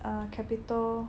err Capital